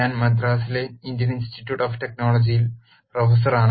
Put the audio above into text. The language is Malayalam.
ഞാൻ മദ്രാസിലെ ഇന്ത്യൻ ഇൻസ്റ്റിറ്റ്യൂട്ട് ഓഫ് ടെക്നോളജിയിൽ പ്രൊഫസറാണ്